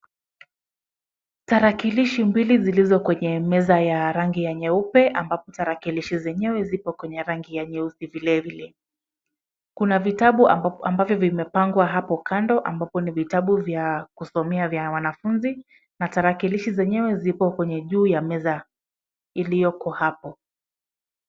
Tarakilishi mbili zilizo kwenye meza ya rangi ya nyeupe ambapo tarakilishi zenyewe ziko kwenye rangi ya nyeusi vilevile, kuna vitabu ambavyo vimepangwa hapo kando, ambapo ni vitabu vya kusomea vya wanafunzi na tarakilishi zenyewe ziko kwenye juu ya meza iliyoko hapo.